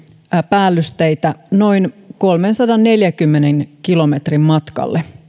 päällysteitä noin kolmensadanneljänkymmenen kilometrin matkalta